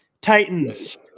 Titans